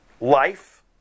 life